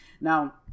Now